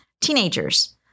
teenagers